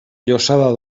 llossada